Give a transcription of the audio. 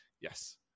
yes